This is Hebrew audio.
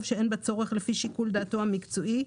שאין בה צורך לפי שיקול דעתו המקצועי,